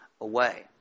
away